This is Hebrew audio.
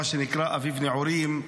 מה שנקרא אביב נעורים,